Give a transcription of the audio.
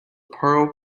pearl